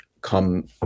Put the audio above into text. come